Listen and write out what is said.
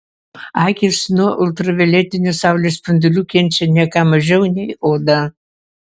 akys nuo ultravioletinių saulės spindulių kenčia ne ką mažiau nei oda